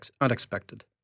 unexpected